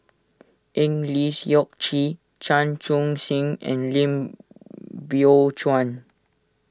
Eng Lee Seok Chee Chan Chun Sing and Lim Biow Chuan